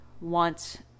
want